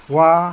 वा